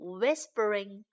whispering